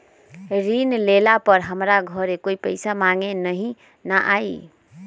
ऋण लेला पर हमरा घरे कोई पैसा मांगे नहीं न आई?